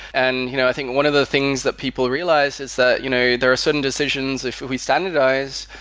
and you know i think one of the things that people realize is that you know there are sudden decisions if we standardize,